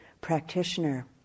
practitioner